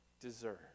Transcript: deserve